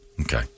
Okay